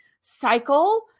cycle